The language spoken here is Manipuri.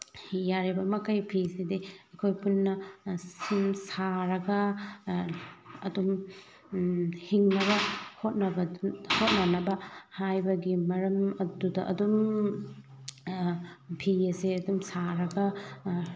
ꯌꯥꯔꯤꯕ ꯃꯈꯩ ꯐꯤꯁꯤꯗꯤ ꯑꯩꯈꯣꯏ ꯄꯨꯟꯅ ꯁꯨꯝ ꯁꯥꯔꯒ ꯑꯗꯨꯝ ꯍꯤꯡꯅꯕ ꯍꯣꯠꯅꯕ ꯍꯣꯠꯅꯅꯕ ꯍꯥꯏꯕꯒꯤ ꯃꯔꯝ ꯑꯗꯨꯗ ꯑꯗꯨꯝ ꯐꯤ ꯑꯁꯦ ꯑꯗꯨꯝ ꯁꯥꯔꯒ